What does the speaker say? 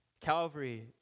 Calvary